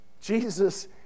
Jesus